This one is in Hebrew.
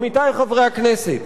עמיתי חברי הכנסת,